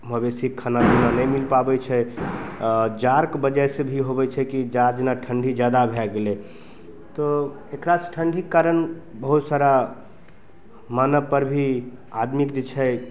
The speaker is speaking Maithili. मवेशीके खानापीना नहि मिल पाबै छै आ जाड़के बजह सऽ भी होबै छै जाड़ जेना ठंडी जादा भए गेलै तऽ एकरा सऽ ठंडीके कारण बहुत सारा मानब पर भी आदमीके जे छै